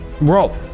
Roll